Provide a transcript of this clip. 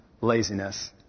laziness